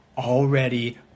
Already